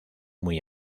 muy